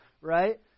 right